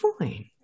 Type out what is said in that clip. fine